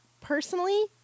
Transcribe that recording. personally